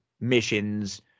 Missions